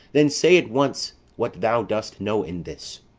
then say it once what thou dost know in this.